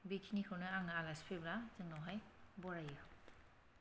बेखिनिखौनो आङो आलासि फैब्ला जोंनावहाय बरायो